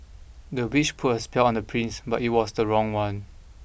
the witch put a spell on the prince but it was the wrong one